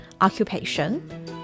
occupation